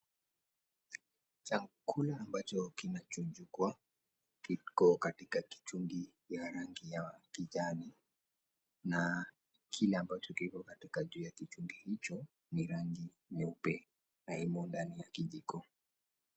Chakula ambacho kinachunjukwa kiko katika kichungi ya rangi ya kijani na kile ambacho kiko juu ya kichungi hicho ni rangi nyeupe na imo ndani ya kijiko.